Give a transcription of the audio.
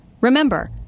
Remember